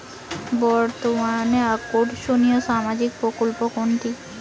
বর্তমানে আকর্ষনিয় সামাজিক প্রকল্প কোনটি?